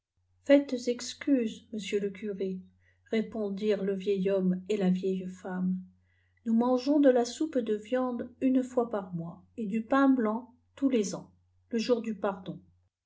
faites excuse monsieur le curé répondirent le vieil homme et la vieille fenune nous imbgeobs de la soupe de viande une fois par mois et du pain blanc tous les anr te jour du pardon